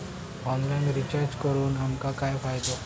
Online recharge करून आमका काय फायदो?